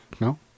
No